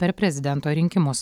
per prezidento rinkimus